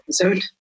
episode